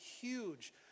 huge